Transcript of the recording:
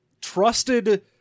trusted